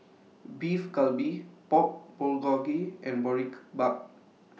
Beef Galbi Pork Bulgogi and Boribap